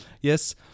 yes